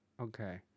Okay